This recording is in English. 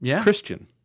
Christian